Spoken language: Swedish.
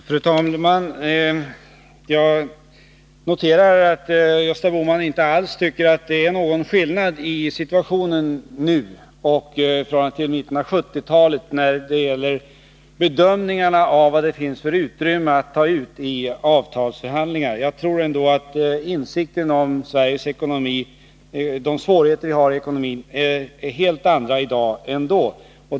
Fru talman! Jag noterar att Gösta Bohman inte alls tycker att det är någon skillnad mellan situationen nu jämfört med den som rådde på 1970-talet när det gäller bedömningarna av vilket utrymme som finns att ta ut i avtalsförhandlingar. Jag tror ändå att insikterna om de svårigheter vi har i ekonomin är helt andra i dag än då.